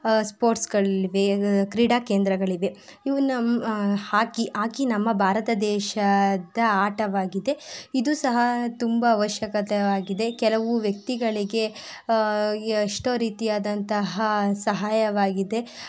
ಸ್ಪೋರ್ಟ್ಸ್ಗಳಿವೆ ಕ್ರೀಡಾ ಕೇಂದ್ರಗಳಿವೆ ಇವು ನಮ್ಮ ಹಾಕಿ ಆಕಿ ನಮ್ಮ ಭಾರತ ದೇಶದ ಆಟವಾಗಿದೆ ಇದು ಸಹ ತುಂಬ ಅವಶ್ಯಕತೆಯಾಗಿದೆ ಕೆಲವು ವ್ಯಕ್ತಿಗಳಿಗೆ ಎಷ್ಟೊ ರೀತಿಯಾದಂತಹ ಸಹಾಯವಾಗಿದೆ